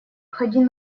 ходи